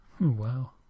wow